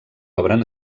obren